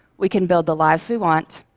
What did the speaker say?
we can build the lives we want